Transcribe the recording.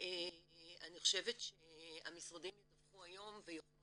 אני חושבת שהמשרדים ידווחו היום ויוכלו